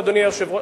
אדוני היושב-ראש,